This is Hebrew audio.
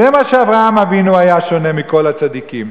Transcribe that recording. זה מה שאברהם אבינו היה שונה מכל הצדיקים.